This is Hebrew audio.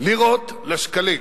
הלירות לשקלים,